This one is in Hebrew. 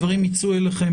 הדברים יצאו אליכם